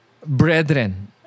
brethren